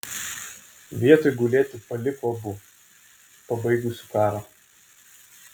vietoj gulėti paliko abu pabaigusiu karą